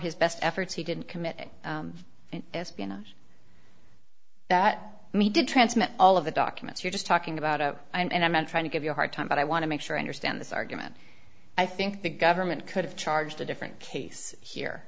his best efforts he didn't commit espionage that me did transmit all of the documents you're just talking about a and i meant trying to give you a hard time but i want to make sure i understand this argument i think the government could have charged a different case here